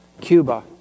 Cuba